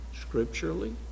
scripturally